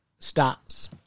stats